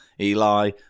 Eli